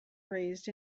raised